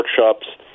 workshops